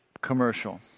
commercial